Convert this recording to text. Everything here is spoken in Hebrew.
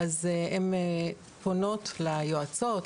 הן פונות ליועצות,